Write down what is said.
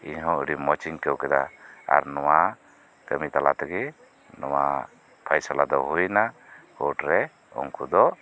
ᱤᱧ ᱦᱚᱸ ᱟᱹᱰᱤ ᱢᱚᱸᱡᱽ ᱤᱧ ᱟᱹᱭᱠᱟᱹᱣ ᱠᱮᱫᱟ ᱟᱨ ᱱᱚᱶᱟ ᱠᱟᱹᱢᱤ ᱛᱟᱞᱟ ᱛᱮᱜᱮ ᱱᱚᱶᱟ ᱯᱷᱚᱭᱥᱚᱞᱟ ᱫᱚ ᱦᱩᱭᱮᱱᱟ ᱠᱳᱴ ᱨᱮ ᱩᱱᱠᱩ ᱫᱚ